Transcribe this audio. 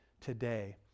today